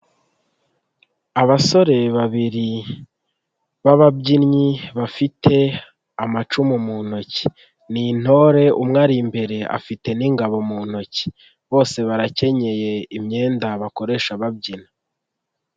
Abasore babiri b'ababyinnyi bafite amacumu mu ntoki, ni intore umwe ari imbere afite n'ingabo mu ntoki, bose barakenyeye imyenda bakoresha babyina.